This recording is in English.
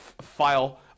file